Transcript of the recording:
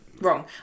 wrong